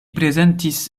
prezentis